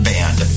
Band